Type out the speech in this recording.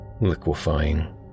liquefying